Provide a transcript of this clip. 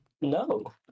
No